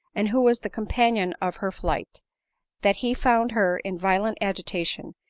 and who was the companion of her flight that he found her in violent agitation,